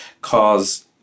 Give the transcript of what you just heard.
cause